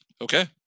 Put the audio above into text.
Okay